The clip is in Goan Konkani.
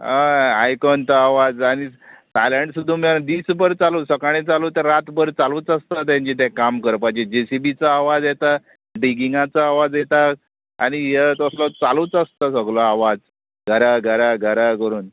अय आयकोन तो आवाज आनी सायलंट सुद्दां दीसभर चालू सकाळीं चालू तर रातभर चालूच आसता तेंचें तें काम करपाचें जेसीबीचो आवाज येता डिगिंगाचो आवाज येता आनी हे तसलो चालूच आसता सगलो आवाज घरा घरा घरा करून